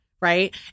right